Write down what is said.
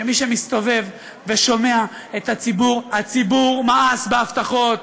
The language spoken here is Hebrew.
כמי שמסתובב ושומע את הציבור: הציבור מאס בהבטחות,